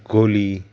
कोली